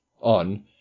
on